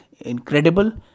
incredible